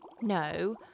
No